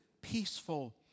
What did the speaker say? peaceful